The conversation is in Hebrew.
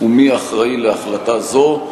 ומי אחראי להחלטה זו?